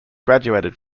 graduated